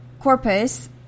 corpus